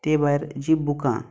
ते भायर जी बूकां